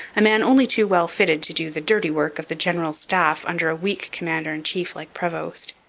a man only too well fitted to do the dirty work of the general staff under a weak commander-in-chief like prevost.